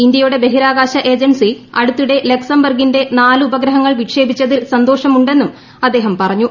ഇന്ത്യയുടെ ബഹിരാകാശ ഏജൻസി അടുത്തിടെ ലിക്ട്സംബർഗിന്റെ നാല് ഉപഗ്രഹങ്ങൾ വിക്ഷേപിച്ചത് സന്തോഷമൂണ്ടെന്നും അദ്ദേഹം പറഞ്ഞു